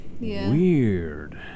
Weird